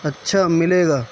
اچّھا ملے گا